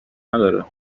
نداره